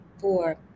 four